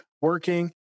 working